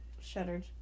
shuddered